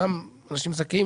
אותם אנשים זכאים,